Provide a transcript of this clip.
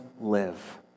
live